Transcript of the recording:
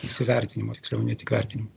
įsivertinimo tiksliau ne tik vertinimo